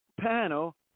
panel